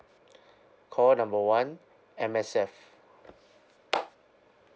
call number one M_S_F